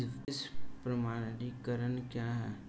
बीज प्रमाणीकरण क्या है?